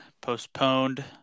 postponed